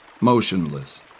motionless